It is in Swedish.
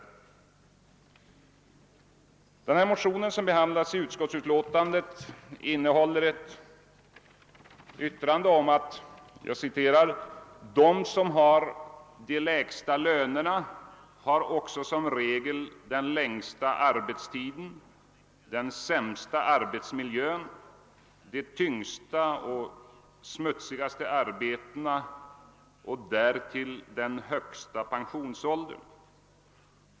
I det motionspar som behandlas i utskottsutlåtandet återges följande uttalande från den socialdemokratiska partikongressen 1967: >De som har de lägsta lönerna har som regel också den längsta arbetstiden, den sämsta arbetsmiljön, de tyngsta och smutsigaste arbetena och därtill den högsta pensionsåldern.